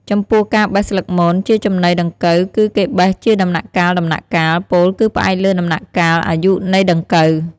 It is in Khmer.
ចំពោះការបេះស្លឹកមន ជាចំណីដង្កូវគឺគេបេះជាដំណាក់កាលៗ ពោលគឺផ្អែកលើដំណាក់កាលអាយុនៃដង្កូវ។